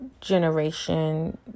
generation